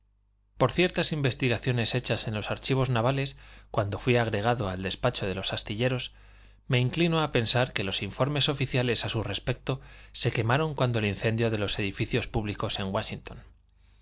por ciertas investigaciones hechas en los archivos navales cuando fuí agregado al despacho de los astilleros me inclino a pensar que los informes oficiales a su respecto se quemaron cuando el incendio de los edificios públicos en wáshington